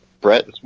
Brett